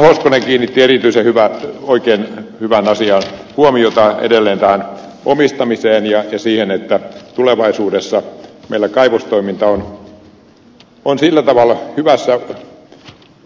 hoskonen kiinnitti oikein hyvään asiaan huomiota edelleen tähän omistamiseen ja siihen että tulevaisuudessa meillä kaivostoiminta on sillä tavalla